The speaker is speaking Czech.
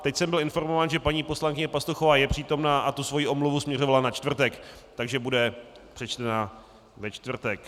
Teď jsem byl informován, že paní poslankyně Pastuchová je přítomna a svoji omluvu směřovala na čtvrtek, takže bude přečtena ve čtvrtek.